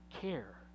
care